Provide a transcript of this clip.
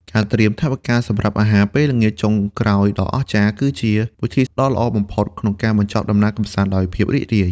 ការត្រៀមថវិកាសម្រាប់អាហារពេលល្ងាចចុងក្រោយដ៏អស្ចារ្យ គឺជាវិធីដ៏ល្អបំផុតក្នុងការបញ្ចប់ដំណើរកម្សាន្តដោយភាពរីករាយ។